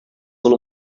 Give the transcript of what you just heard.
full